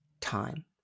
time